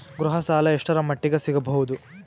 ಗೃಹ ಸಾಲ ಎಷ್ಟರ ಮಟ್ಟಿಗ ಸಿಗಬಹುದು?